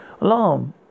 Alarm